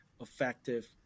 effective